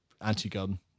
anti-gun